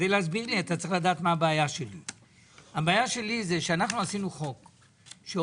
אתם הייתם צריכים להעביר 35% מזה לרשויות שהיו בחוק,